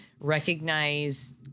recognize